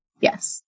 Yes